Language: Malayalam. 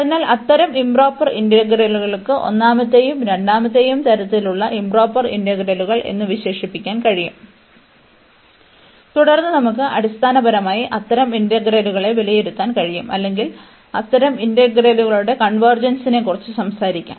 അതിനാൽ അത്തരം ഇoപ്രൊപ്പർ ഇന്റഗ്രലുകൾക്ക് ഒന്നാമത്തെയും രണ്ടാമത്തെയും തരത്തിലുള്ള ഇoപ്രൊപ്പർ ഇന്റഗ്രലുകൾ എന്ന് വിശേഷിപ്പിക്കാൻ കഴിയും തുടർന്ന് നമുക്ക് അടിസ്ഥാനപരമായി അത്തരം ഇന്റഗ്രലുകളെ വിലയിരുത്താൻ കഴിയും അല്ലെങ്കിൽ അത്തരം ഇന്റഗ്രലുകളുടെ കൺവെർജെൻസിനെക്കുറിച്ച് സംസാരിക്കാം